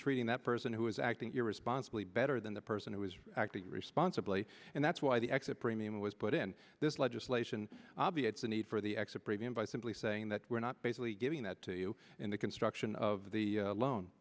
treating that person who is acting irresponsibly better than the person who is acting responsibly and that's why the exit premium was put in this legislation obviates the need for the exit premium by simply saying that we're not basically giving that to you in the construction of the loan